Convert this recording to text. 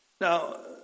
Now